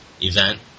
event